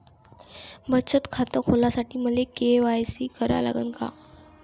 बचत खात खोलासाठी मले के.वाय.सी करा लागन का?